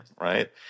right